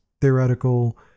theoretical